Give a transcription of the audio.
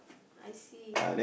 I see